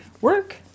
work